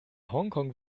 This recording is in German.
hongkong